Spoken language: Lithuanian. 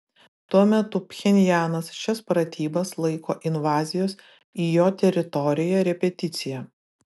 tuo metu pchenjanas šias pratybas laiko invazijos į jo teritoriją repeticija